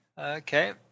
Okay